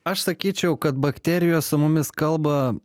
aš sakyčiau kad bakterijos su mumis kalba